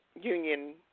union